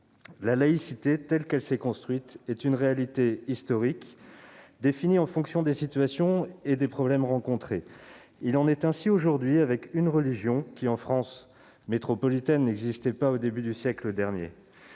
La laïcité, telle qu'elle s'est construite, est une réalité historique, définie en fonction des situations et des problèmes rencontrés. Il en est ainsi aujourd'hui avec une religion qui, en France métropolitaine, n'existait pas au début du siècle dernier.